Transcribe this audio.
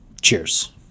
Cheers